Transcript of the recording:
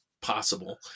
possible